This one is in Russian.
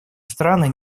страны